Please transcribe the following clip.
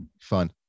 fun